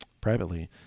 privately